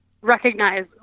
recognize